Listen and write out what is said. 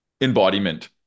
embodiment